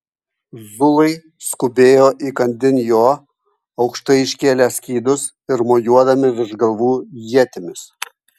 zulai skubėjo įkandin jo aukštai iškėlę skydus ir mojuodami virš galvų ietimis